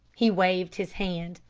he waved his hand,